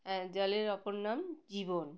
হ্যাঁ জলের অপর নাম জীবন